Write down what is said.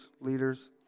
leaders